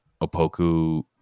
Opoku